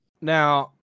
now